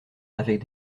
avec